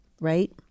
Right